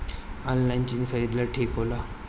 Online चीज खरीदल ठिक होला?